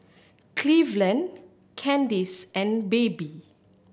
Cleveland Kandice and Baby